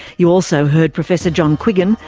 you also heard professor john quiggin,